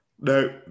no